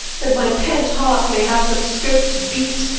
that my pent heart may have some scope to beat,